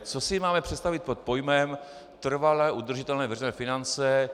Co si máme představit pod pojmem trvale udržitelné veřejné finance?